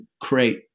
create